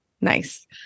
Nice